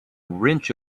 wrench